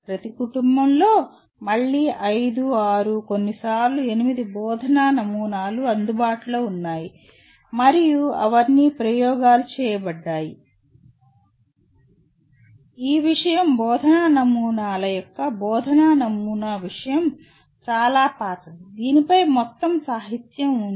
ప్రతి కుటుంబంలో మళ్ళీ 5 6 కొన్నిసార్లు 8 బోధనా నమూనాలు అందుబాటులో ఉన్నాయి మరియు అవన్నీ ప్రయోగాలు చేయబడ్డాయి ఈ విషయం బోధనా నమూనాల యొక్క బోధనా నమూనా విషయం చాలా పాతది దీనిపై మొత్తం సాహిత్యం ఉంది